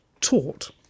taught